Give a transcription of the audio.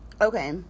okay